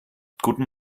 guten